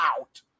out